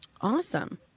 Awesome